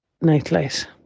nightlight